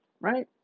right